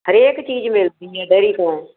ਹਰੇਕ ਚੀਜ਼ ਮਿਲਦੀ ਹੈ ਡੈਰੀ ਤੋਂ